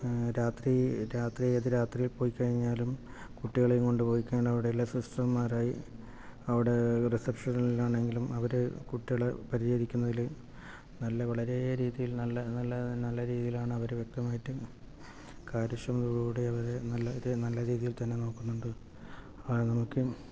രാത്രി രാത്രി ഏത് രാരാത്രി പോയി കഴിഞ്ഞാലും കുട്ടികളെയും കൊണ്ട് പോയികഴിഞ്ഞാൽ അവിടെ ഉള്ള സിസ്റ്റർമാരായി അവിടെ അവിടെ റിസപ്ഷനിൽ ആണെങ്കിലും ഒരു കുട്ടികളെ പരിചരിക്കുന്നതിൽ വളരെ നല്ല നല്ല നല്ല രീതിയിൽ ആണ് അവർ വ്യക്തമായിട്ട് കാര്യക്ഷമതയോടെ അവർ നല്ല രീതിയിൽ തന്നെ നോക്കുന്നുണ്ട്